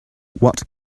what